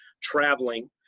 traveling